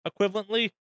equivalently